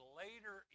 later